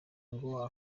ngo